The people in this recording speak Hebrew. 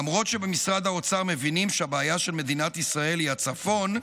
למרות שבמשרד האוצר מבינים שהבעיה של מדינת ישראל היא הצפון,